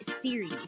Series